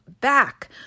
back